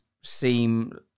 seem